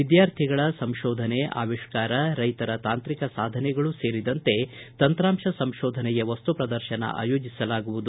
ವಿದ್ಯಾರ್ಥಿಗಳ ಸಂಶೋಧನೆ ಆವಿಷ್ಕಾರ ರೈತರ ತಾಂತ್ರಿಕ ಸಾಧನೆಗಳು ಸೇರಿದಂತೆ ತಂತ್ರಾಂಶ ಸಂಶೋಧನೆಯ ವಸ್ತುಪ್ರದರ್ಶನ ಆಯೋಜಿಸಲಾಗುವುದು